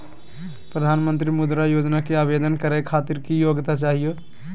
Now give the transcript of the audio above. प्रधानमंत्री मुद्रा योजना के आवेदन करै खातिर की योग्यता चाहियो?